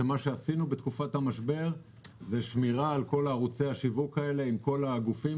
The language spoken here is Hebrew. ומה שעשינו בתקופת המשבר זה שמירה על כל ערוצי השיווק האלה עם כל הגופים